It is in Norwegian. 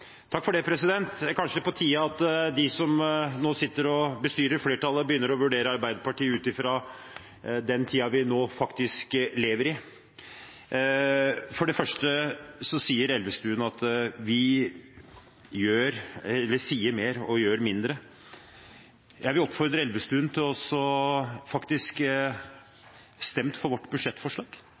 er kanskje på tide at de som nå sitter og bestyrer flertallet, begynner å vurdere Arbeiderpartiet ut fra den tiden vi faktisk lever i. For det første sier Elvestuen at vi sier mer og gjør mindre. Jeg vil oppfordre Elvestuen til faktisk å stemme for vårt budsjettforslag.